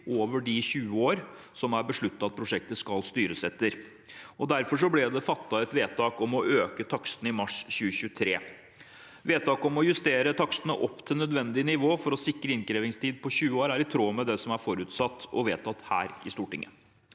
over 20 år, som det er besluttet at prosjektet skal styres etter. Derfor ble det fattet vedtak om å øke takstene i mars 2023. Vedtaket om å justere takstene opp til nødvendig nivå for å sikre en innkrevingstid på 20 år er i tråd med det som er forutsatt og vedtatt her i Stortinget.